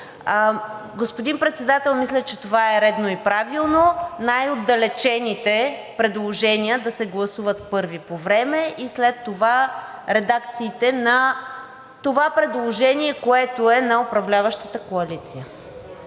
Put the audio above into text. Господин Председател, мисля, че това е редно и правилно – най-отдалечените предложения да се гласуват първи по време, и след това редакциите на това предложение, което е на управляващата коалиция.